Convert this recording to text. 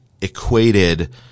equated